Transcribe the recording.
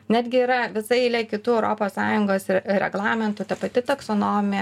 netgi yra visa eilė kitų europos sąjungos ir reglamentų ta pati taksonomija